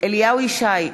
אליהו ישי,